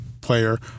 player